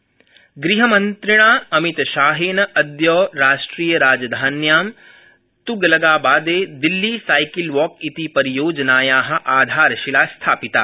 अमित Shah cycle walk ग़हमन्त्रिणा अमितशाहेन अदय राष्ट्रियराजधान्यांतुगलकाबादे अदय दिल्ली साइकिल वॉक इति परियोजनाया आधारशिला स्थापिता